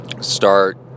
start